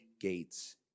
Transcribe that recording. gates